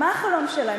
מה החלום שלהם,